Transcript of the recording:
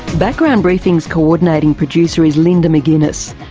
background briefing's coordinating producer is linda mcginness,